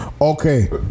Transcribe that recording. Okay